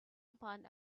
upon